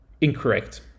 incorrect